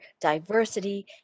diversity